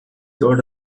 thought